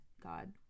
God